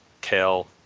Kale